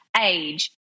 age